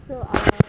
so our